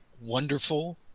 wonderful